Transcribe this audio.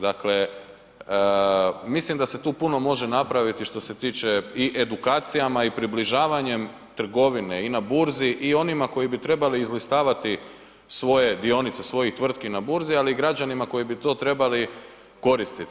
Dakle, mislim da se tu puno može napraviti što se tiče i edukacijama i približavanjem trgovine i na burzi i onima koji bi trebali izlistavati svoje dionice svojih tvrtki na burzi, ali i građanima koji bi to trebali koristiti.